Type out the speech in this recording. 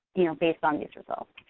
you know based on these results.